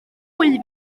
mwy